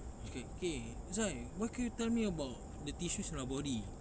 dia cakap okay zai what can you tell me about the tissues in our body